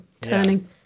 turning